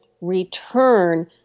return